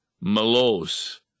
Malos